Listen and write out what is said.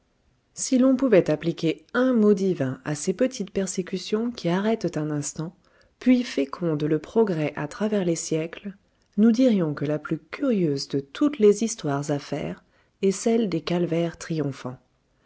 si l'on pouvait appliquer un mot divin à ces petites persécutions qui arrêtent un instant puis fécondent le progrès à travers les siècles nous dirions que la plus curieuse de toutes les histoires à faire est celle des calvaires triomphants